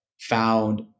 found